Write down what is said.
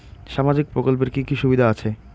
সামাজিক প্রকল্পের কি কি সুবিধা আছে?